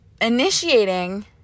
Initiating